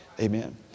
amen